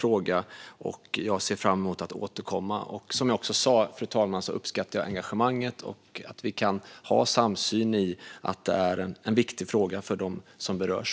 Jag ser fram emot att återkomma. Fru talman! Jag uppskattar engagemanget och att vi kan ha en samsyn i att frågan är viktig för dem som berörs.